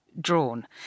drawn